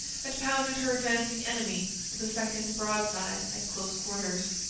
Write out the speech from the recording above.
and pounded her advancing enemy with a second broadside at close quarters.